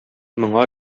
моңа